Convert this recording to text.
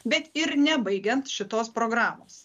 bet ir nebaigiant šitos programos